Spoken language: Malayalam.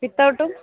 വിത്തൗട്ടും